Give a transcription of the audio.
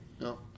No